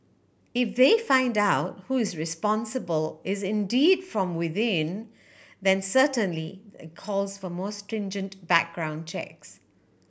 if they find out who is responsible is indeed from within then certainly that calls for more stringent background checks